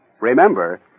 remember